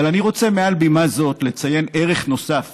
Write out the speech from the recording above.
אבל אני רוצה מעל בימה זאת לציין ערך נוסף